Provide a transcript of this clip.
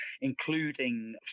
including